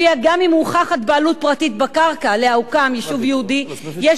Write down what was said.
ולפיה גם אם מוכחת בעלות פרטית בקרקע שעליה הוקם יישוב יהודי יש